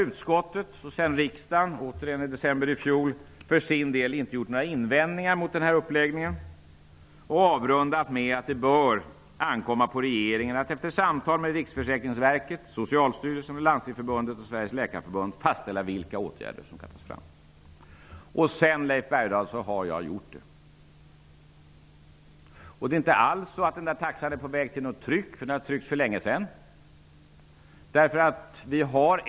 Utskottet och riksdagen gjorde i december i fjol inga invändningar mot denna uppläggning. Man avrundade med att det bör ankomma på regeringen att efter samtal med Riksförsäkringsverket, Läkarförbund fastställa vilka åtgärder det skall gälla. Jag har gjort det, Leif Bergdahl. Det är inte alls så att taxan är på väg att tryckas. Den har tryckts för länge sedan.